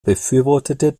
befürwortete